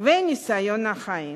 וניסיון החיים.